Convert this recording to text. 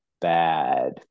bad